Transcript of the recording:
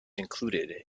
included